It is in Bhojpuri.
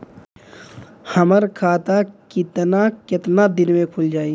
हमर खाता कितना केतना दिन में खुल जाई?